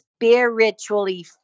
spiritually